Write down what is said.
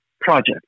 project